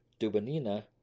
Dubonina